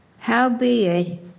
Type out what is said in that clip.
Howbeit